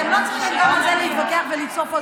אתם לא צריכים גם על זה להתווכח ולצעוק.